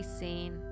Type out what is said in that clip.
seen